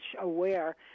aware